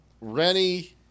Rennie –